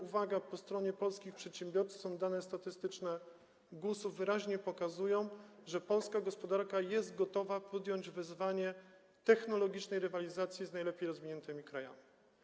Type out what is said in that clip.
Uwaga, po stronie polskich przedsiębiorców są dane statystyczne GUS-u, które wyraźnie pokazują, że polska gospodarka jest gotowa podjąć wyzwanie technologicznej rywalizacji z najlepiej rozwiniętymi krajami.